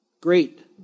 great